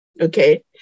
Okay